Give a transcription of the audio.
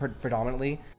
predominantly